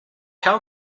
how